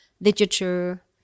literature